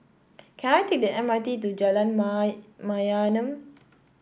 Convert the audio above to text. can I take the M R T to Jalan Mayaanam